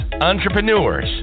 entrepreneurs